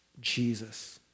Jesus